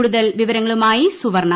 കൂടുതൽ വിവരങ്ങളുമായി സുവർണ